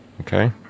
Okay